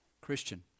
Christian